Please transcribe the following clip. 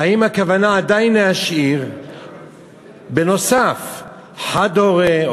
הכוונה עדיין להשאיר בנוסף חד-הורה,